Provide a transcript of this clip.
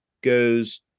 goes